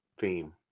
theme